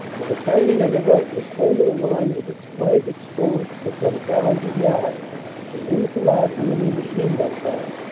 the battalion on the right was holding a line with its flank exposed for some thousand yards to enfilade enemy machine-gun fire,